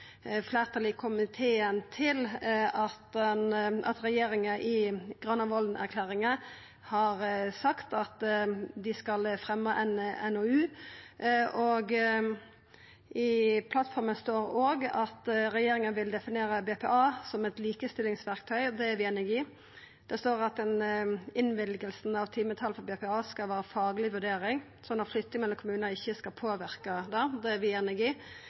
fleirtalet i komiteen, at regjeringa i Granavolden-plattforma har sagt dei skal leggja fram ein NOU. I plattforma står det òg at regjeringa vil definera BPA som eit likestillingsverktøy. Det er vi einige i. Det står at innvilging av timetalet for BPA skal vera fagleg vurdert, sånn at flytting mellom kommunar ikkje skal påverka det. Det er vi einige i.